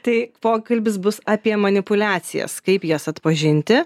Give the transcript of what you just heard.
tai pokalbis bus apie manipuliacijas kaip jas atpažinti